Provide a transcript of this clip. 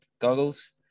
Goggles